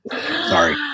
Sorry